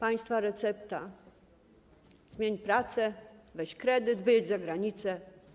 Państwa recepta: zmień pracę, weź kredyt, wyjedź za granicę.